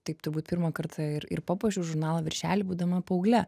taip turbūt pirmą kartą ir papuošiau žurnalo viršelį būdama paaugle